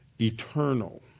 eternal